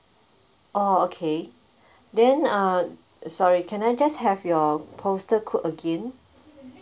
orh okay then err sorry can I just have your postal code again